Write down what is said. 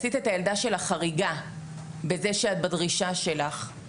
עשית את הילדה שלך חריגה בזה שאת בדרישה שלך.